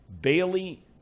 Bailey